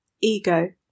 Ego